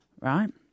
right